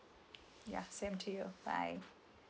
ya same to you bye